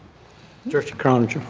trustee croninger?